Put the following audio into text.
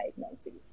diagnoses